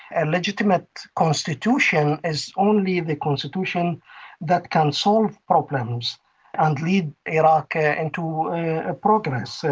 a legitimate constitution is only the constitution that can solve problems and lead iraq ah into ah progress.